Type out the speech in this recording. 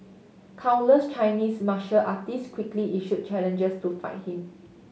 countless Chinese martial artists quickly issued challenges to fight him